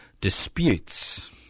disputes